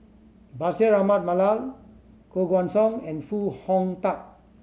Bashir Ahmad Mallal Koh Guan Song and Foo Hong Tatt